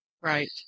Right